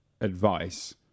advice